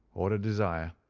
or to desire.